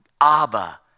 Abba